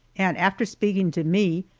and after speaking to me,